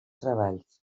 treballs